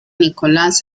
nicolás